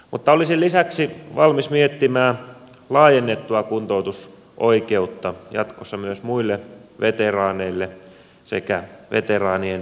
mutta olisin lisäksi valmis miettimään laajennettua kuntoutusoikeutta jatkossa myös muille veteraaneille sekä veteraanien puolisoille